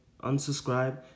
unsubscribe